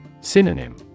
Synonym